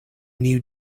new